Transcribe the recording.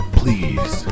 please